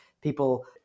people